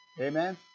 Amen